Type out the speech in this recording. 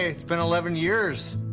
it's been eleven years.